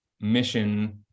mission